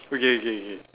okay okay okay